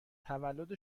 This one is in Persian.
تولد